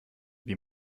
wie